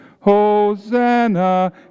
Hosanna